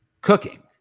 cooking